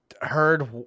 heard